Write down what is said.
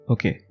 Okay